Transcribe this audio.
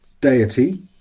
deity